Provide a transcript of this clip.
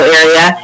area